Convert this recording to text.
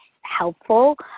helpful